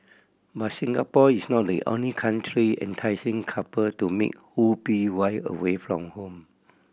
but Singapore is not the only country enticing couple to make whoopee while away from home